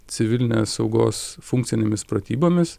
civilinės saugos funkcinėmis pratybomis